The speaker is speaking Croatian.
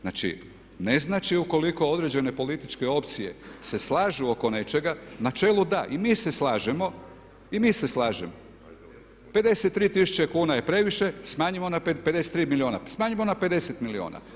Znači ne znači ukoliko određene političke opcije se slažu oko nečega, u načelu da, i mi se slažemo, i mi se slažemo, 53 tisuće kuna je previše, smanjimo na 53 milijuna, smanjimo na 50 milijuna.